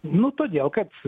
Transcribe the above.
nu todėl kad